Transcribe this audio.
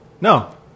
No